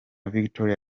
victoria